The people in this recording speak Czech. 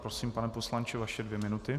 Prosím, pane poslanče, vaše dvě minuty.